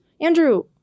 Andrew